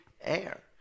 air